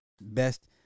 best